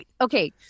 Okay